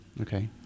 Okay